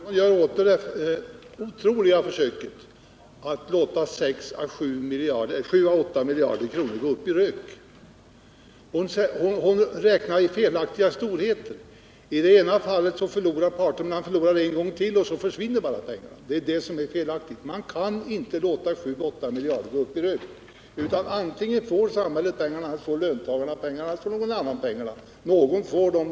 Herr talman! Fru Troedsson gör åter ett fruktlöst försök att låta 7 å 8 miljarder gå upp i rök. Hon räknar i felaktiga storheter. I det ena fallet förlorar parterna samma belopp en gång extra — och pengarna bara försvinner. Det är det som är felaktigt. Man kan inte låta 7 å 8 miljarder gå upp i rök. Antingen får samhället, löntagarna eller någon annan pengarna. Någon får dem!